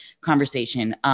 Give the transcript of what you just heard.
conversation